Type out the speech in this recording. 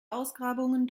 ausgrabungen